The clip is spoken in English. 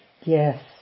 Yes